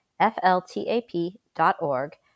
fltap.org